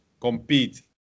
compete